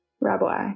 Rabbi